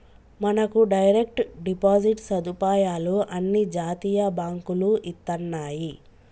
మనకు direct deposit సదుపాయాలు అన్ని జాతీయ బాంకులు ఇత్తన్నాయి